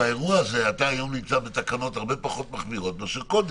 באירוע הזה אתה נמצא היום עם תקנות הרבה פחות מחמירות מאשר קודם.